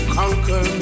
conquer